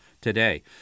today